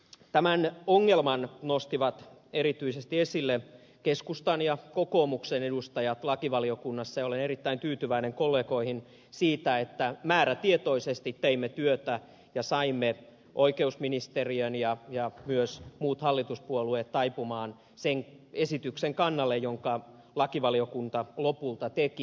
tämän ongelman nostivat erityisesti esille keskustan ja kokoomuksen edustajat lakivaliokunnassa ja olen erittäin tyytyväinen kollegoihin siitä että määrätietoisesti teimme työtä ja saimme oikeusministeriön ja myös muut hallituspuolueet taipumaan sen esityksen kannalle jonka lakivaliokunta lopulta teki